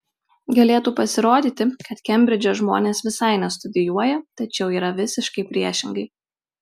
galėtų pasirodyti kad kembridže žmonės visai nestudijuoja tačiau yra visiškai priešingai